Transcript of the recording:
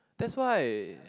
that's why